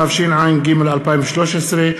התשע"ג 2013,